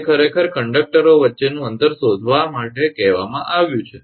તે ખરેખર કંડકટરો વચ્ચેનું અંતર શોધવા માટે કહેવામાં આવ્યું છે